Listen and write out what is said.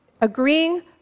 agreeing